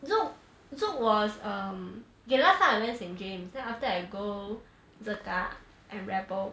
zouk zouk was um okay last time I went saint james then after that I go zirca and rebel